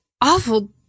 awful